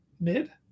mid